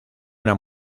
una